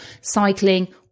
cycling